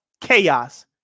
chaos